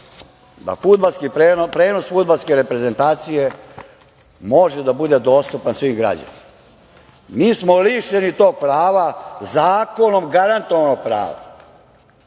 da prenos fudbalske reprezentacije može da bude dostupan svim građanima. Mi smo lišeni tog prava, zakonom garantovanog prava.